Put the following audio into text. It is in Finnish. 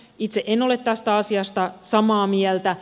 itse en ole tästä asiasta samaa mieltä